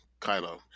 Kylo